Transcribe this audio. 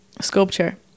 sculpture